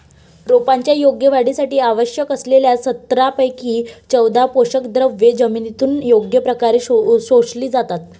रोपांच्या योग्य वाढीसाठी आवश्यक असलेल्या सतरापैकी चौदा पोषकद्रव्ये जमिनीतून योग्य प्रकारे शोषली जातात